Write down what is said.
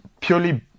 purely